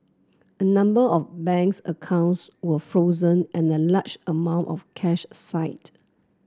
a number of banks accounts were frozen and a large amount of cash side